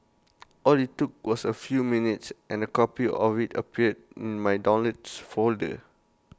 all IT took was A few minutes and A copy of IT appeared in my downloads folder